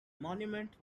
monument